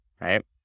right